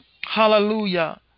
hallelujah